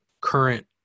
current